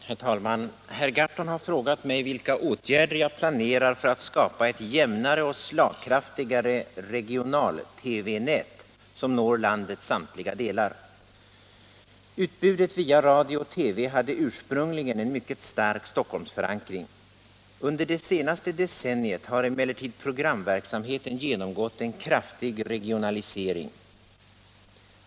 Herr talman! Herr Gahrton har frågat mig vilka åtgärder jag planerar för att skapa ett jämnare och slagkraftigare regional-TV-nät som når landets samtliga delar. Utbudet via radio och TV hade ursprungligen en mycket stark Stockholmsförankring. Under det senaste decenniet har emellertid programverksamheten genomgått en kraftig regionalisering.